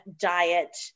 diet